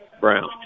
Brown